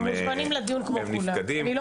הם מוזמנים לדיון כמו כולם,